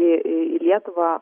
į į į lietuvą